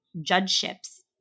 judgeships